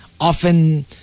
often